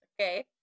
okay